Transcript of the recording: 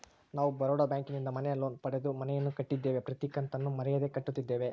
ನಾವು ಬರೋಡ ಬ್ಯಾಂಕಿನಿಂದ ಮನೆ ಲೋನ್ ಪಡೆದು ಮನೆಯನ್ನು ಕಟ್ಟಿದ್ದೇವೆ, ಪ್ರತಿ ಕತ್ತನ್ನು ಮರೆಯದೆ ಕಟ್ಟುತ್ತಿದ್ದೇವೆ